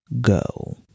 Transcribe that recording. go